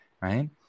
right